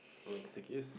don't like stickies